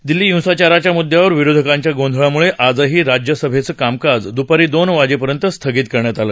दिल्ली हिंसाचाराच्या मुद्यावर विरोधकांच्या गोंधळामुळे आजही राज्यसभेचं कामकाज दुपारी दोन वाजेपर्यंत स्थगित करण्यात आलं